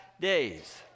days